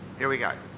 here we go.